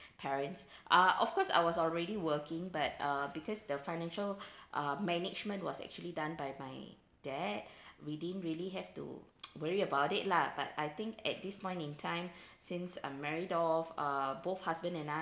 parents uh of course I was already working but uh because the financial uh management was actually done by my dad we didn't really have to worry about it lah but I think at this point in time since I'm married off uh both husband and I